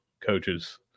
coaches